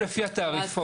הם משלמים לפי התעריפון.